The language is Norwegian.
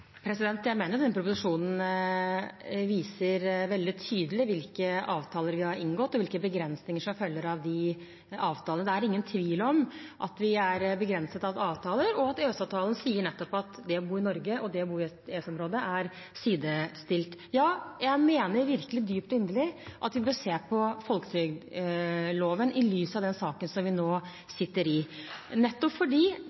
Jeg mener den proposisjonen viser veldig tydelig hvilke avtaler vi har inngått, og hvilke begrensninger som følger av de avtalene. Det er ingen tvil om at vi er begrenset av avtaler, og at EØS-avtalen nettopp sier at det å bo i Norge og det å bo i EØS-området er sidestilt. Ja, jeg mener virkelig dypt og inderlig at vi bør se på folketrygdloven i lys av den saken vi nå